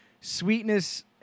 sweetness